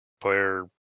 Player